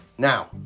Now